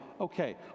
okay